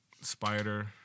Spider